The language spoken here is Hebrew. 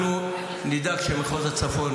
אנחנו נדאג שמחוז הצפון,